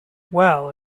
well